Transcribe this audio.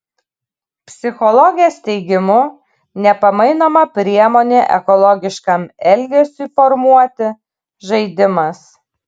psichologės teigimu nepamainoma priemonė ekologiškam elgesiui formuoti žaidimas